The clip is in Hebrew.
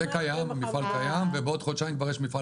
המפעל קיים ובעוד חודשיים מפעל